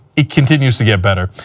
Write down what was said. he continues to get better.